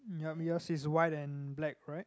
yup yours is white and black right